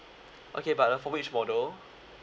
okay but uh for which model